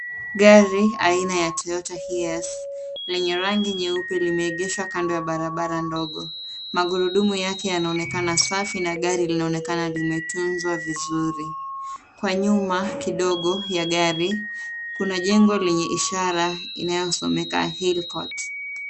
Gari aina ya Toyota Heiss lenye rangi nyeupe limeegeshwa kando ya barabara ndogo. Magurudumu yake yanaonekana safi na gari linaonekana limetunzwa vizuri. Kwa nyuma kidogo ya gari, kuna jengo lenye ishara inayosomeka Hill Court .